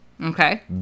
Okay